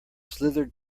slithered